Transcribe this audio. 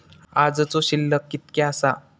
आजचो शिल्लक कीतक्या आसा?